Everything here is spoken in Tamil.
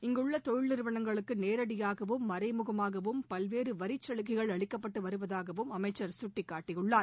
இங்குள்ள தொழில் நிறுவனங்களுக்கு நேரடியாகவும் மறைமுகமாகவும் பல்வேறு வரிச்சலுகைகள் அளிக்கப்பட்டு வருவதாகவும் அமைச்சர் சுட்டிக்காட்டியுள்ளார்